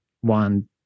one